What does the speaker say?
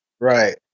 right